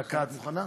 דקה את מוכנה?